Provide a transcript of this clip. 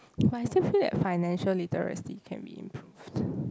but I still feel that financial literacy can be improved